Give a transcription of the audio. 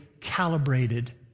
calibrated